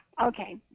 okay